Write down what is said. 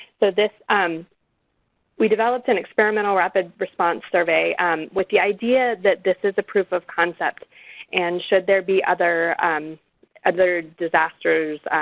so we um we developed an experimental rapid response survey with the idea that this is a proof of concept and should there be other um other disasters,